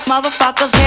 Motherfuckers